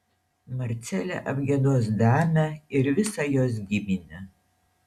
marcelė apgiedos damę ir visą jos giminę